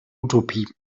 utopie